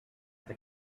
the